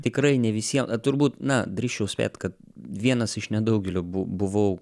tikrai ne visie turbūt na drįsčiau spėt kad vienas iš nedaugelio bu buvau